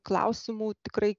klausimų tikrai